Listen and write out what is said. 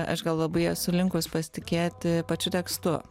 aš gal labai esu linkus pasitikėti pačiu tekstu